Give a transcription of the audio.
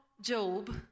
Job